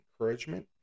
encouragement